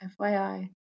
FYI